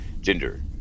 gender